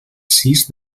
sis